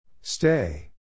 Stay